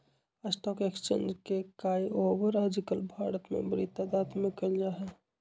stock exchange के काएओवार आजकल भारत में बडी तादात में कइल जा हई